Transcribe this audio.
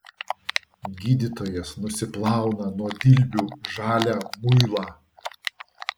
gydytojas nusiplauna nuo dilbių žalią muilą